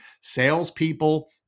salespeople